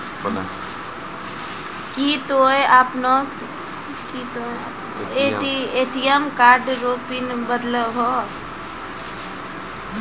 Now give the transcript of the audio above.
की तोय आपनो ATM card रो पिन बदलहो